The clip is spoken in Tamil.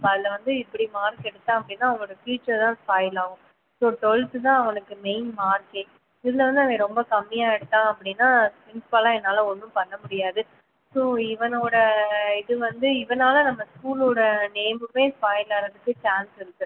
ஸோ அதில் வந்து இப்படி மார்க் எடுத்தான் அப்படின்னா அவனோடய ஃபியூச்சர் தான் ஸ்பாயில் ஆகும் ஸோ டுவெல்த்து தான் அவனுக்கு மெயின் மார்க்கே இதில் வந்து அவன் ரொம்ப கம்மியாக எடுத்தான் அப்படின்னா ப்ரின்ஸ்பலாக என்னால் ஒன்றும் பண்ண முடியாது ஸோ இவனோடய இது வந்து இவனால் நம்ம ஸ்கூலோடய நேம்முமே ஸ்பாயில் ஆறதுக்கு சான்ஸ் இருக்குது